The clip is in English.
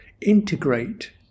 Integrate